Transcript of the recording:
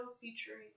featuring